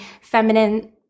feminine